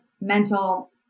mental